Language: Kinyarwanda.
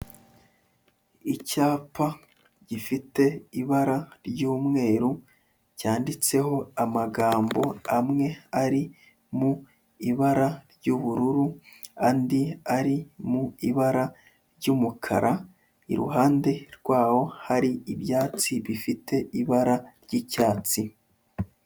Icyapa gifite ibara ry'umweru cyanditseho amagambo amwe ari mu ibara ry'ubururu, andi ari mu ibara ry'umukara, iruhande rwaho hari ibyatsi bifite ibara ry'icyatsi.